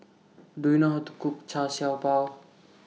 Do YOU know How to Cook Char Siew Bao